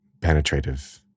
penetrative